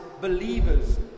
believers